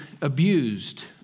abused